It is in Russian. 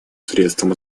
средством